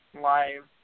live